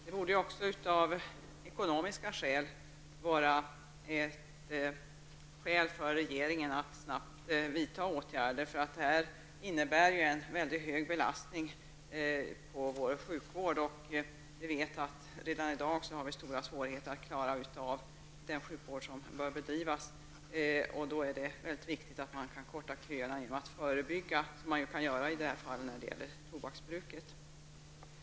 Det borde också av ekonomiska skäl finnas anledning för regeringen att snabbt vidta åtgärder. Det innebär en väldigt hög belastning på vår sjukvård. Vi vet redan i dag att vi har stora svårigheter att klara av den sjukvård som bör bedrivas. Då är det väldigt viktigt att kunna korta köerna genom att förebygga sjukdomar, som man kan göra när det gäller tobaksbruk.